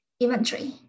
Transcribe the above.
inventory